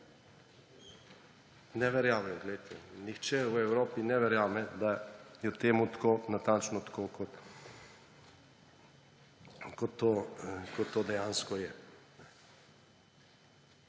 Ne verjamejo. Glejte, nihče v Evropi ne verjame, da je temu tako, natančno tako, kot to dejansko je.